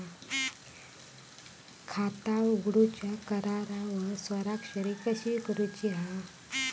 खाता उघडूच्या करारावर स्वाक्षरी कशी करूची हा?